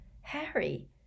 Harry